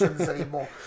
anymore